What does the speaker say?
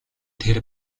тэр